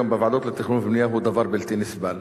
מה שקורה היום בוועדות לתכנון ובנייה הוא דבר בלתי נסבל.